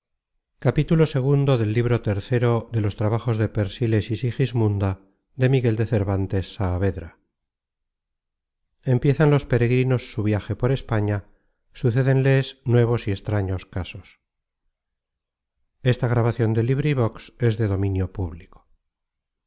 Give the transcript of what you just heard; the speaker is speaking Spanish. empiezan los peregrinos su viaje por españa sucédenles nuevos y extraños casos